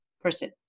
person